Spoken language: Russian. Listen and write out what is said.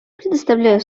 предоставляю